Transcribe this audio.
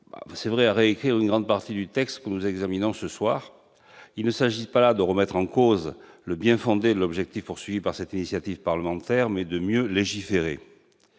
est vrai, à récrire une grande partie du texte que nous examinons ce soir. Il ne s'agit pas là de remettre en cause le bien-fondé de cette initiative parlementaire, mais de mieux légiférer.